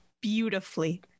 Beautifully